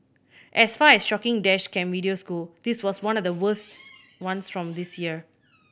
as far as shocking dash cam videos go this was one of the worst ones from this year